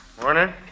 Morning